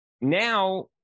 now